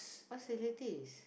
facilities